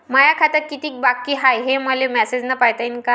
माया खात्यात कितीक बाकी हाय, हे मले मेसेजन पायता येईन का?